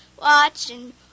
Watching